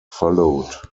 followed